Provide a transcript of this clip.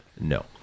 no